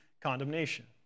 condemnation